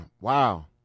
wow